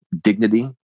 dignity